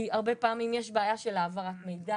כי הרבה פעמים יש בעיה של העברת מידע